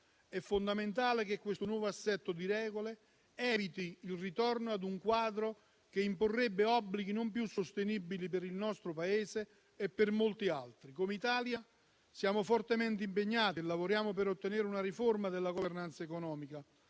È fondamentale che questo nuovo assetto di regole eviti il ritorno ad un quadro che imporrerebbe obblighi non più sostenibili per il nostro Paese e per molti altri. Come Italia siamo fortemente impegnati e lavoriamo per ottenere una riforma della *governance* economica